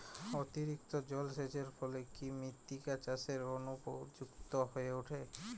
অতিরিক্ত জলসেচের ফলে কি মৃত্তিকা চাষের অনুপযুক্ত হয়ে ওঠে?